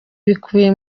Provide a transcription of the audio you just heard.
bikubiye